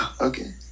Okay